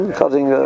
cutting